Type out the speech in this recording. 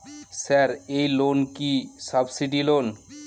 Sir এই loan কি subsidy loan?